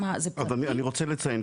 אני רוצה לציין,